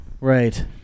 Right